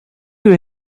you